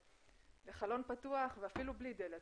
לחלון פתוח ואפילו בלי דלת,